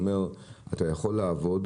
אומר: אתה יכול לעבוד